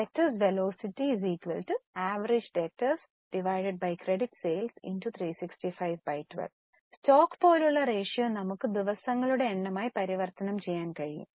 ഡെറ്റോസ് velocity average debtors credit sales X 365 12 stock പോലുള്ള ratio നമുക്ക് ദിവസങ്ങളുടെ എണ്ണമായി പരിവർത്തനം ചെയ്യാൻ കഴിയും